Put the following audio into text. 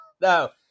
No